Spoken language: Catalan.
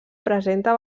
presenta